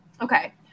Okay